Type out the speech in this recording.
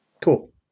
Cool